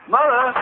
Mother